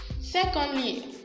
secondly